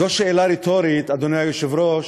זו שאלה רטורית, אדוני היושב-ראש,